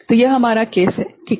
तो यह हमारा केस है ठीक है